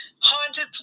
haunted